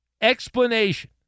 explanation